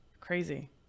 Crazy